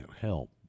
help